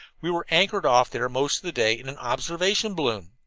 we were anchored off there most of the day in an observation balloon.